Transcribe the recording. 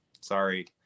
Sorry